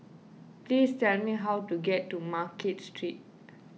please tell me how to get to Market Street